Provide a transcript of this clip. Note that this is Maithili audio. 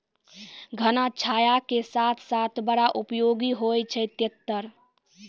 घना छाया के साथ साथ बड़ा उपयोगी होय छै तेतर